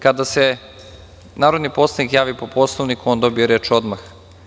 Kada se narodni poslanik javi po Poslovniku on dobije reč odmah.